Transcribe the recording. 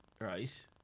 right